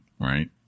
right